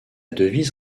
devise